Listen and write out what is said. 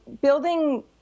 building